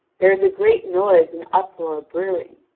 there is a great noise and uproar brewing.